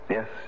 Yes